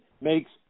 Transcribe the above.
makes